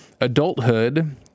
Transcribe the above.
adulthood